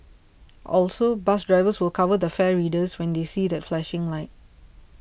also bus drivers will cover the fare readers when they see that flashing light